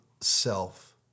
self